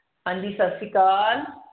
ਹਾਂਜੀ ਸਤਿ ਸ਼੍ਰੀ ਅਕਾਲ